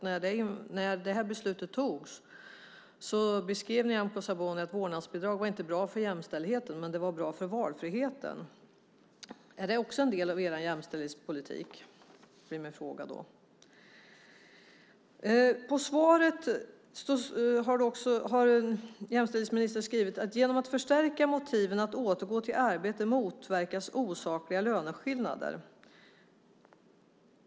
När det här beslutet fattades sade Nyamko Sabuni att vårdnadsbidraget inte var bra för jämställdheten men det var bra för valfriheten. Då blir min fråga: Är det också en del av er jämställdhetspolitik? I svaret har jämställdhetsministern skrivit att genom att förstärka motiven att återgå till arbete motverkas osakliga löneskillnader.